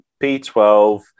P12